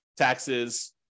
taxes